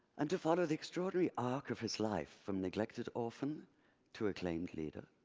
and to follow the extraordinary arc of his life, from neglected orphan to acclaimed leader.